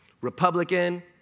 Republican